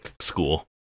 school